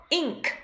ink